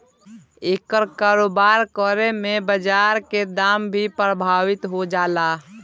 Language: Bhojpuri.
एकर कारोबार करे में बाजार के दाम भी प्रभावित हो जाला